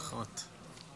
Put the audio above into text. פחות.